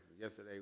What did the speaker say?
yesterday